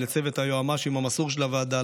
ולצוות היועצים המשפטיים המסור של הוועדה,